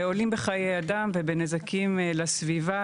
ועולים בחיי אדם ובנזקים לסביבה,